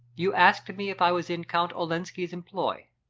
you asked me if i was in count olenski's employ.